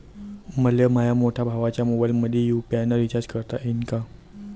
मले माह्या मोठ्या भावाच्या मोबाईलमंदी यू.पी.आय न रिचार्ज करता येईन का?